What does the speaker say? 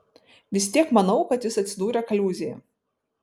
vis tiek manau kad jis atsidūrė kaliūzėje